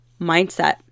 mindset